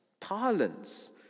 parlance